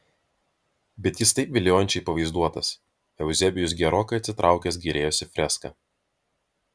bet jis taip viliojančiai pavaizduotas euzebijus gerokai atsitraukęs gėrėjosi freska